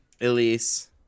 Elise